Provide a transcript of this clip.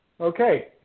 Okay